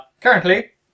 currently